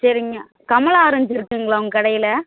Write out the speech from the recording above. சரிங்க கமலா ஆரஞ்சு இருக்காங்களா உங்கள் கடையில்